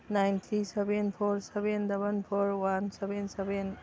nine three seven four seven double four one seven seven